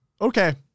okay